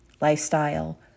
Lifestyle